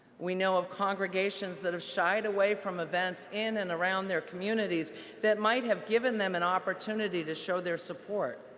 we know of congregations that have shyed away from events in and around their communities that might have given them an opportunity to show their support